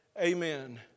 Amen